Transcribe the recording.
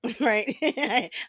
right